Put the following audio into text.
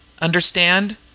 Understand